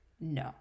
No